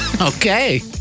Okay